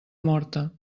morta